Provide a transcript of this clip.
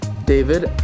David